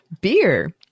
Beer